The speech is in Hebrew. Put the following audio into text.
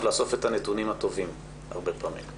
לאסוף את הנתונים הטובים הרבה פעמים.